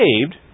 saved